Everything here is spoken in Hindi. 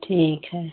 ठीक है